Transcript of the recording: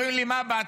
אומרים לי, למה באת?